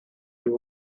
you